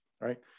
right